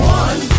one